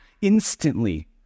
instantly